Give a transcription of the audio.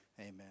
Amen